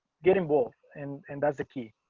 get involved and and that's the key.